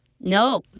No